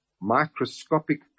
microscopic